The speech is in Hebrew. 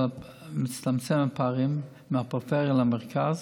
אבל מצטמצמים הפערים בין הפריפריה למרכז.